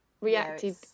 reacted